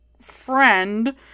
friend